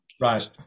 Right